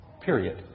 Period